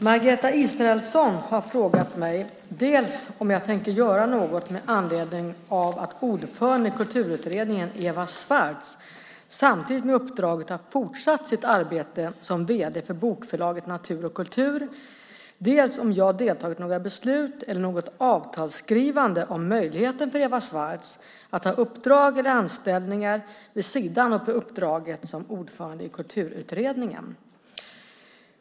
Margareta Israelsson har frågat mig dels om jag tänker göra något med anledning av att ordföranden i Kulturutredningen Eva Swartz samtidigt med uppdraget har fortsatt sitt arbete som vd för bokförlaget Natur & Kultur, dels om jag deltagit i några beslut eller något avtalsskrivande om möjligheten för Eva Swartz att ha uppdrag eller anställningar vid sidan om uppdraget som ordförande i Kulturutredningen.